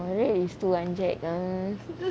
red is too angelic um